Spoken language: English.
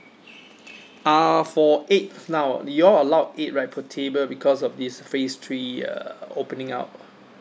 uh for eighth now you all allow eight right per table because of this phase three uh opening up